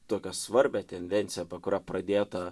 tokią svarbią tendenciją apie kurią pradėta